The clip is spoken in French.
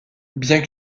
bien